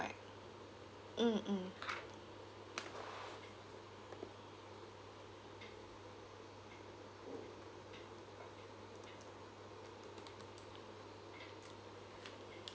right mm mm